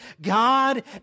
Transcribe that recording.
God